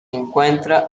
encuentra